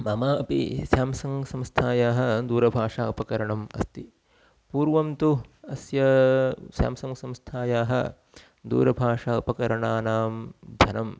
मम अपि स्याम्संग् संस्थायाः दूरभाषा उपकरणम् अस्ति पूर्वं तु अस्य स्याम्संग् संस्थायाः दूरभाषा उपकरणानां धनं